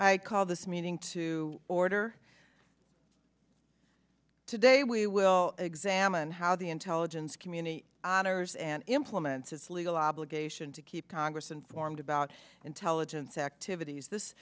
call this meeting to order today we will examine how the intelligence community honors and implements its legal obligation to keep congress informed about intelligence activities this